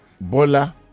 Bola